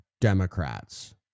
Democrats